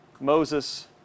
Moses